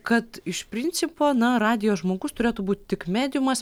kad iš principo na radijo žmogus turėtų būt tik mediumas